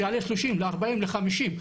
שיעלה ל-30%-50%,